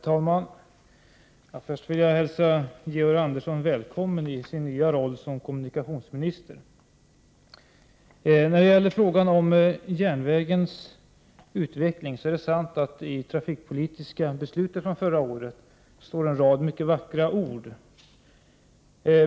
Herr talman! Jag vill först hälsa Georg Andersson välkommen i hans nya roll som kommunikationsminister. När det gäller frågan om järnvägens utveckling är det sant att det i det trafikpolitiska beslutet från förra året står en rad mycket vackra ord.